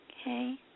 Okay